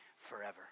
forever